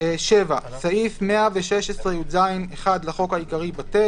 "(7)סעיף 116יז1 לחוק העיקרי, בטל".